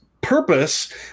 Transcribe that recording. purpose